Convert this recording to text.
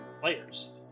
players